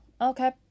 okay